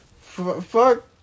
Fuck